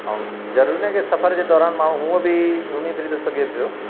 ऐं ज़रूरी नाहे कि सफर जे दौरान माण्हू हूअं बि घुमी फिरी थो सघे पियो